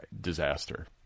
disaster